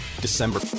december